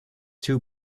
too